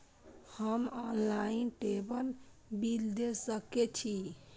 हम online table bill दे सके छी?